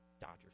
Dodgers